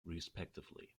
respectively